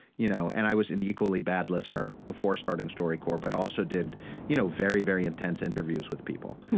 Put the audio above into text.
you know and i was an equally bad listener before starting storycorps, but also did you know very, very intense interviews with people.